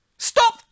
Stop